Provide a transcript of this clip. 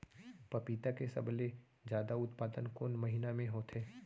पपीता के सबले जादा उत्पादन कोन महीना में होथे?